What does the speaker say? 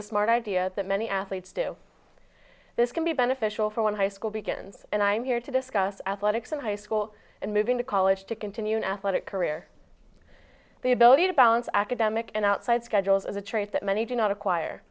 a smart idea that many athletes do this can be beneficial for when high school begins and i'm here to discuss athletics and high school and move into college to continue an athletic career the ability to balance academic and outside schedules is a trait that many do not acquire